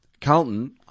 Carlton